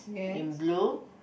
in blue